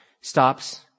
stops